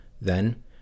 Then